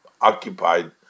occupied